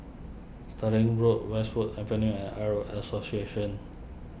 Stirling Road Westwood Avenue and Arab Association